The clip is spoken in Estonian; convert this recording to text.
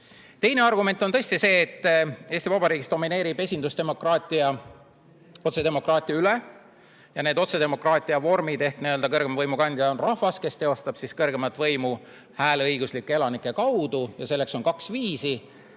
Teine argument on see, et Eesti Vabariigis domineerib esindusdemokraatia otsedemokraatia üle. Need otsedemokraatia vormid ehk kõrgeima võimu kandja on rahvas, kes teostab kõrgeimat võimu hääleõiguslike elanike kaudu ja selleks on kaks viisi: